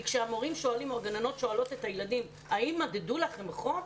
כי כשהמורים או הגננות שואלות את הילדים האם מדדו לכם חום,